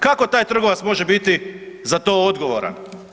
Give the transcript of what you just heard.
Kako taj trgovac može biti za to odgovoran?